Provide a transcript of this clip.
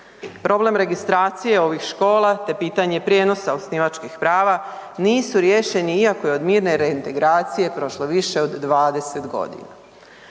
Problem registracije ovih škola te pitanje prijenosa osnivačkih prava nisu riješeni iako je od mirne reintegracije prošlo više od 20 godina.